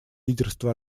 лидерство